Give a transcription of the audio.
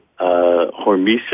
hormesis